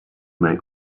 may